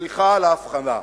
סליחה על ההבחנה.